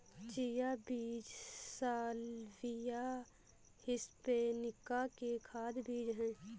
chia बीज salvia hispanica के खाद्य बीज हैं